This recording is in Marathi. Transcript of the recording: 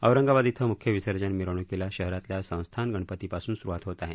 औरंगाबाद इथं मुख्य विसर्जन मिरवणुकीला शहरातल्या संस्थान गणपतीपासून सुरूवात होत आहे